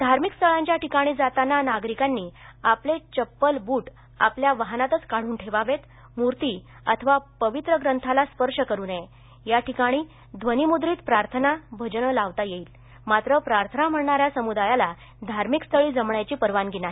धार्मिक स्थळांच्या ठिकाणी जाताना नागरिकांनी आपले चप्पल बूट आपल्या वाहनातच काढून ठेवावेत मूर्ती अथवा पवित्र ग्रंथाला स्पर्श करू नये या ठिकाणी ध्वनीमुद्रित प्रार्थना भजन लावता येईल मात्र प्रार्थना म्हणणाऱ्या समुदायाला धार्मिक स्थळी जमण्याची परवानगी नाही